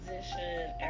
position